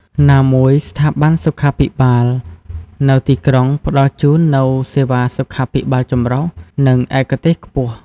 ណាមួយ ស្ថាប័នសុខាភិបាលនៅទីក្រុងផ្តល់ជូននូវ សេវាសុខាភិបាលចម្រុះ និងឯកទេសខ្ពស់។